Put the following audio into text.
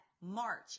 March